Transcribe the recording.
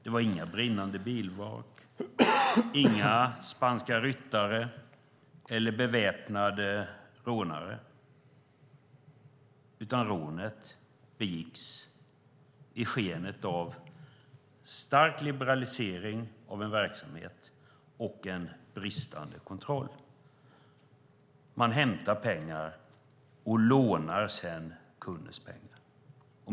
Det var inga brinnande bilvrak, inga spanska ryttare eller beväpnade rånare, utan rånet begicks i skenet av stark liberalisering av en verksamhet och bristande kontroll. Man hämtar pengar och lånar sedan kundens pengar.